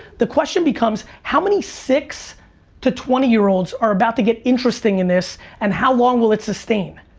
the question becomes how many six to twenty year olds are about to get interesting in this and how long will it sustain?